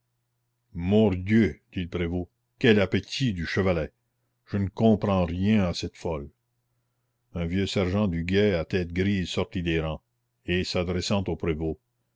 dit le prévôt quel appétit du chevalet je ne comprends rien à cette folle un vieux sergent du guet à tête grise sortit des rangs et s'adressant au prévôt